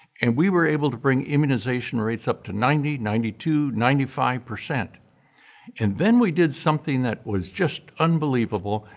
and we were able to bring immunization rates up to ninety, ninety two, ninety five percent and then we did something that was just unbelievable,